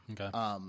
Okay